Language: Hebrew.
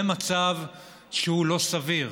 זה מצב שהוא לא סביר.